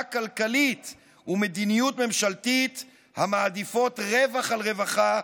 כלכלית ומדיניות ממשלתית המעדיפות רווח על רווחה,